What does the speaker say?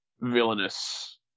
villainous